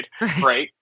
right